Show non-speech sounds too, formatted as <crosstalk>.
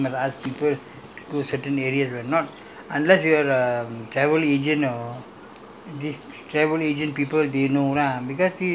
<noise> last time don't have all the G_P_S and all that lah in india also you must ask people to go certain areas not unless you are a travel agent or